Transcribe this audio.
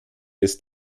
ist